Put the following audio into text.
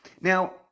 Now